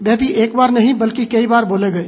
वह भी एक बार नहीं बल्कि कई बार बोले गए